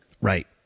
Right